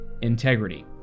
integrity